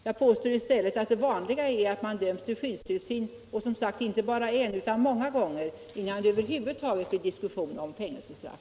Jag påstår i stället att det vanliga är att vederbörande döms till skyddstillsyn — och som sagt inte bara en utan många gånger — innan det över huvud taget blir diskussion om fängelsestraff.